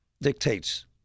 dictates